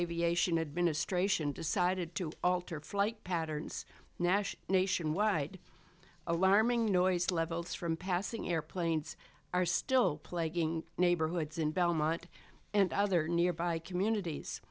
aviation administration decided to alter flight patterns gnash nationwide alarming noise levels from passing airplanes are still plaguing neighborhoods in belmont and other nearby communities